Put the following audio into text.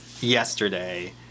yesterday